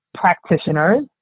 practitioners